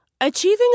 Achieving